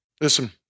Listen